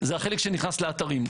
זה החלק שנכנס לאתרים.